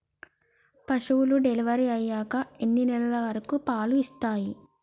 పశువులు డెలివరీ అయ్యాక ఎన్ని నెలల వరకు పాలు ఇస్తాయి?